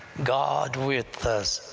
god with us.